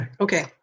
okay